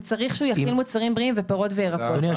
וצריך שהוא יכיל מוצרים בריאים ופירות וירקות.